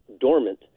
dormant